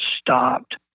stopped